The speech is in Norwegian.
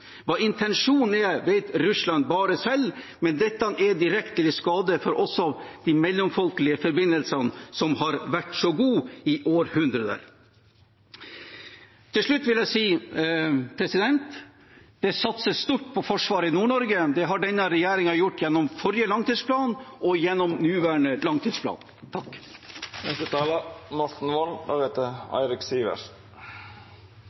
Hva intensjonen er, vet bare Russland selv, men dette er direkte til skade også for de mellomfolkelige forbindelsene som har vært så gode i århundre. Til slutt vil jeg si: Det satses stort på forsvaret i Nord-Norge. Det har denne regjeringen gjort gjennom forrige langtidsplan og gjennom nåværende langtidsplan.